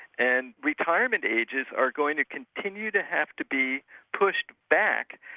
and retirement ages are going to continue to have to be pushed back,